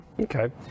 okay